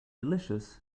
delicious